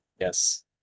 yes